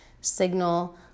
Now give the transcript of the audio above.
signal